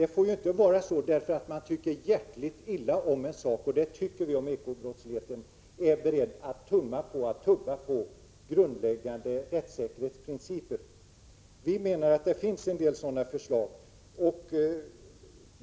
Det får ju inte vara så att man därför att man tycker hjärtligt illa om en sak — vilket vi tycker om ekobrottsligheten — är beredd att tumma på grundläggande rättssäkerhetsprinciper. Vi menar att det finns en del sådana förslag.